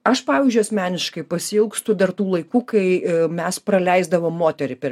aš pavyzdžiui asmeniškai pasiilgstu dar tų laikų kai mes praleisdavom moterį per